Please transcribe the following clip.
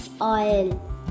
oil